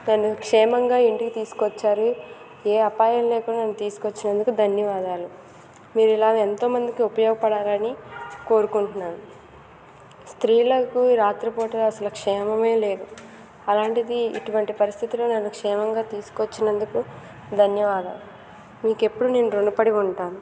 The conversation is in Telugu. నన్ను క్షేమంగా ఇంటికి తీసుకొచ్చారు ఏ అపాయం లేకుండా నన్ను తీసుకొచ్చినందుకు ధన్యవాదాలు మీరు ఇలా ఎంతో మందికి ఉపయోగపడాలని కోరుకుంటున్నాను స్త్రీలకు రాత్రిపూట అసలు క్షేమమే లేదు అలాంటిది ఇటువంటి పరిస్థితిలో నన్ను క్షేమంగా తీసుకువచ్చినందుకు ధన్యవాదాలు మీకు ఎప్పుడు నేను ఋణపడి ఉంటాను